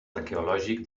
arqueològic